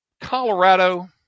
Colorado